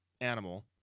animal